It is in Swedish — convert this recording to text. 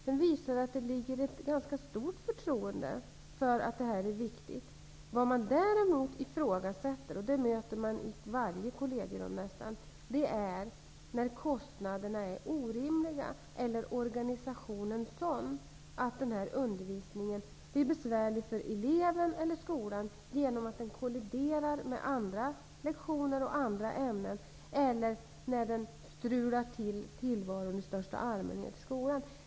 Den visar att det finns en ganska stor insikt om att det är viktigt. Däremot ifrågasätter man -- och det möter man i nästan varje kollegierum -- när kostnaderna är orimliga eller organisationen sådan att den här undervisningen blir besvärlig för eleven eller skolan genom att den kolliderar med andra lektioner och andra ämnen eller när den strular till tillvaron i skolan i största allmänhet.